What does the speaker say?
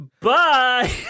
Bye